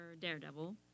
Daredevil